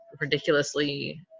ridiculously